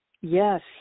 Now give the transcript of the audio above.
Yes